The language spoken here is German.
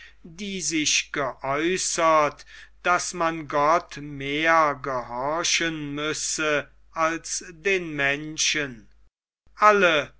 die sich geäußert daß man gott mehr gehorchen müsse als den menschen alle